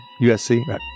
USC